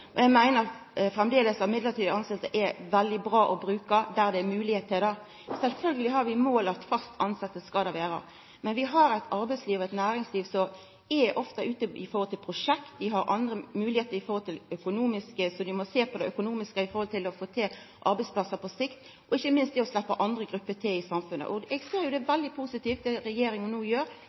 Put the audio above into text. sjølv. Eg meiner framleis at midlertidige tilsetjingar er veldig bra å bruka der det er moglegheit for det. Sjølvsagt har vi som mål at det skal vera fast tilsetjing, men vi har eit arbeidsliv og eit næringsliv som ofte er ute etter folk til prosjekt. Dei har andre moglegheiter når det gjeld det økonomiske, dei må sjå på det økonomiske i forhold til å få arbeidsplassar på sikt og ikkje minst det å sleppa andre grupper til i samfunnet. Det er veldig positivt det regjeringa no gjer,